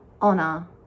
honor